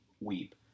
Weep